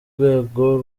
rwego